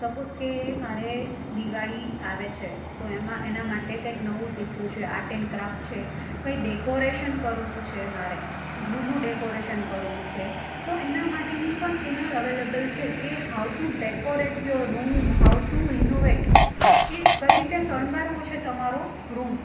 suppose કે મારે દિવાળી આવે છે તો એમાં એના માટે કંઈક નવું શીખવું છે આર્ટ એન્ડ ક્રાફ્ટ છે કંઈ ડેકોરેશન કરવું છે મારે ઘરનું ડેકોરેશન કરવું છે તો એના માટેની પણ ચેનલ અવેલેબલ છે કે how to decorate your room how to innovate કે કઈ રીતે શણગારવો છે તમારો રૂમ